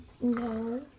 No